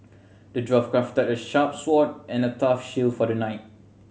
the dwarf crafted a sharp sword and a tough shield for the knight